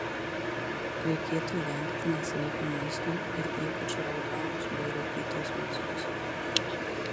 reikėtų vengti nesveiko maisto ir ypač raudonos bei rūkytos mėsos